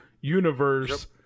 universe